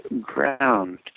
ground